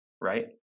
right